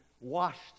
washed